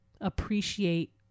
appreciate